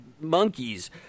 monkeys